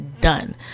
done